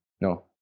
No